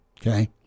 okay